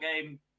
game